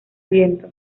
viento